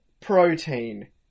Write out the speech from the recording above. Protein